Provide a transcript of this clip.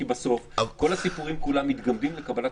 כי בסוף כל הסיפורים כולם מתגמדים לקבלת